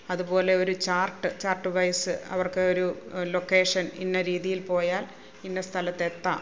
അതുപോലെ ഒരു chart chart wise അവർക്ക് ഒരു ലൊക്കേഷൻ ഇന്ന രീതിയിൽ പോയാൽ ഇന്ന സ്ഥലത്ത് എത്താം